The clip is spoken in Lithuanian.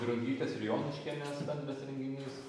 drungytės ir jonuškienės bendras renginys